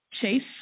chase